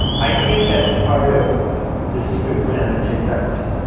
i think that's part of the secret plan of tim ferriss,